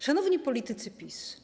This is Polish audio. Szanowni Politycy PiS!